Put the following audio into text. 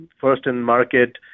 first-in-market